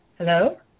Hello